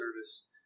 service